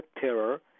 terror